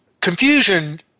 Confusion